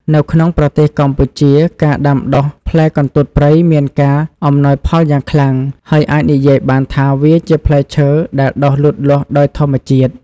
នៅក្នុងប្រទេសកម្ពុជា ការដាំដុះផ្លែកន្ទួតព្រៃមានការអំណោយផលយ៉ាងខ្លាំង ហើយអាចនិយាយបានថាវាជាផ្លែឈើដែលដុះលូតលាស់ដោយធម្មជាតិ។